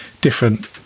different